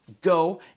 Go